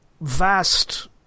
vast